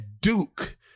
Duke